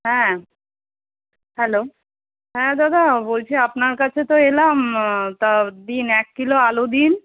হ্যাঁ হ্যালো হ্যাঁ দাদা বলছি আপনার কাছে তো এলাম তা দিন এক কিলো আলু দিন